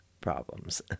problems